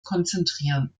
konzentrieren